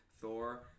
Thor